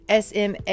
sma